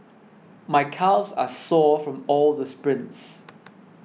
my calves are sore from all the sprints